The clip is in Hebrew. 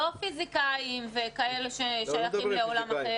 לא פיזיקאים וכאלה ששייכים לעולם אחר.